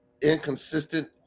inconsistent